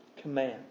command